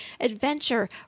Adventure